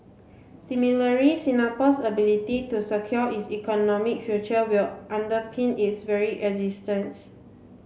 similarly Singapore's ability to secure its economic future will underpin its very